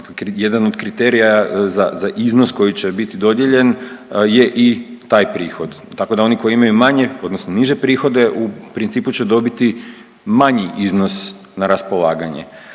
jedan od kriterija za iznos koji će biti dodijeljen je i taj prihod, tako da oni koji imaju manje, odnosno niže prihode, u principu će dobiti manji iznos na raspolaganje,